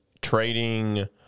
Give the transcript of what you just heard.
trading